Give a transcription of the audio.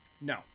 No